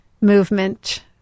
movement